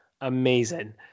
Amazing